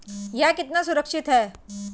यह कितना सुरक्षित है?